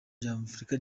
nyafurika